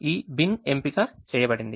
ఈ బిన్ ఎంపిక చేయబడింది